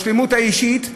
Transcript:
בשלמות האישית,